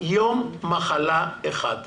יום מחלה אחד,